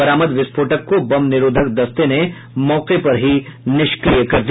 बरामद विस्फोटक को बम निरोधक दस्ते ने मौके पर ही निष्क्रिय कर दिया